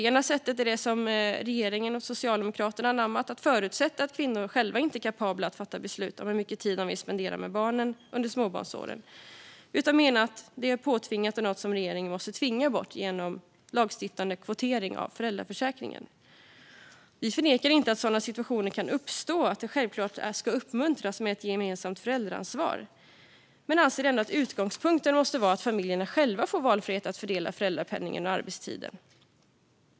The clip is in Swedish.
Ett sätt är det som regeringen och Socialdemokraterna har anammat: att förutsätta att kvinnor själva inte är kapabla att fatta beslut om hur mycket tid de vill spendera med barnen under småbarnsåren. Man menar att detta är påtvingat och något som regeringen måste tvinga bort genom lagstiftande kvotering av föräldraförsäkringen. Vi förnekar inte att sådana situationer kan uppstå och att vi självklart ska uppmuntra ett gemensamt föräldraansvar, men vi anser ändå att utgångspunkten måste vara att familjerna själva får valfrihet att fördela föräldrapenningen och arbetstiden.